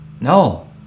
No